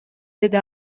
деди